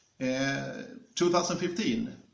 2015